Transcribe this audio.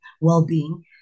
well-being